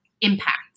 impact